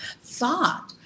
thought